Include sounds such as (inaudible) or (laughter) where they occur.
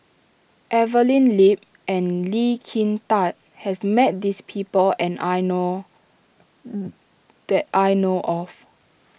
Evelyn Lip and Lee Kin Tat has met this people and I know (noise) that I know of